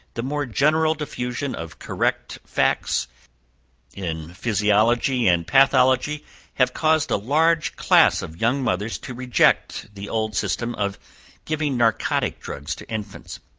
the more general diffusion of correct facts in physiology and pathology has caused a large class of young mothers to reject the old system of giving narcotic drugs to infants.